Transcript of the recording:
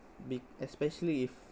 b~ especially if